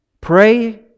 Pray